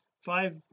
five